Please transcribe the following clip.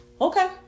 okay